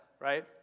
right